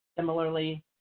Similarly